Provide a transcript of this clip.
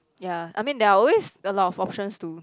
ya I mean there are always a lot of options to